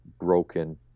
broken